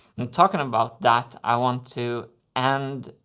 and talking about that i want to and